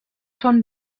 són